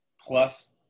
plus